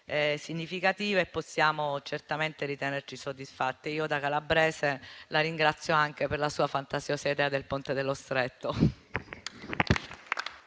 significativa e possiamo certamente ritenerci soddisfatti. Io, da calabrese, la ringrazio anche per la sua fantasiosa idea del Ponte sullo Stretto.